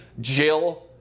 Jill